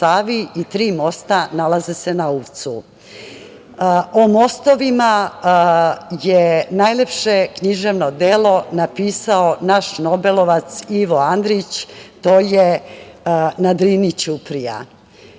i tri mosta nalaze se na Uvcu.O mostovima je najlepše književno delo napisao naš nobelovac Ivo Andrić. To je „Na Drini ćuprija“.